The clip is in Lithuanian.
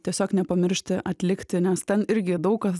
tiesiog nepamiršti atlikti nes ten irgi daug kas